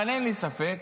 אבל אין לי ספק